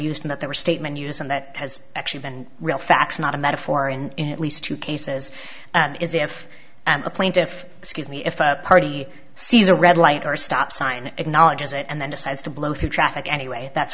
used in that their statement use and that has actually been real facts not a metaphor and in at least two cases and is if i'm a plaintiff excuse me if a party sees a red light or stop sign acknowledges it and then decides to blow through traffic anyway that's